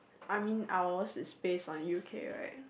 I mean ours is based on U_K right